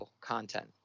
content